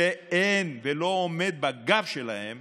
שלא עומד בגב שלהם